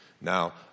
Now